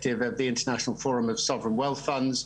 מנכ"ל הפורום הבינלאומי של קרנות העושר הריבוניות.